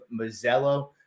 Mazzello